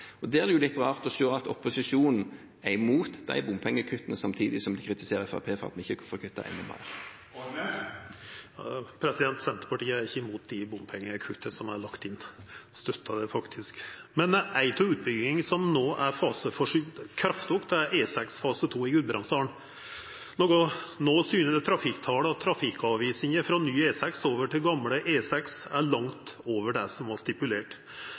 opposisjonen er imot de bompengekuttene, samtidig som de kritiserer Fremskrittspartiet for at vi ikke får kuttet enda mer. Senterpartiet er ikkje imot dei bompengekutta som er lagt inn. Vi støttar faktisk det. Men ei av utbyggingane som no er kraftig faseforskyvd, er fase 2 for E6 i Gudbrandsdalen. No syner trafikktala at trafikkavvisinga frå ny E6 over til gamle E6 er langt over det som var stipulert.